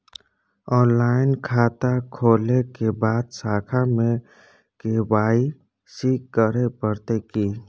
Online खाता खोलै के बाद शाखा में के.वाई.सी करे परतै की?